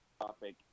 topic